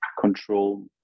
control